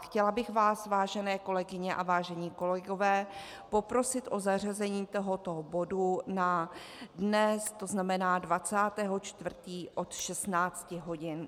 Chtěla bych vás, vážené kolegyně a vážení kolegové, poprosit o zařazení tohoto bodu na dnes, tzn. 20. 4., od 16 hodin.